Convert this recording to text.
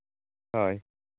ᱦᱳᱭ